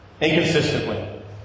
Inconsistently